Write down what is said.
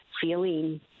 feeling